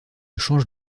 change